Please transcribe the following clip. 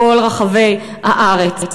בכל רחבי הארץ.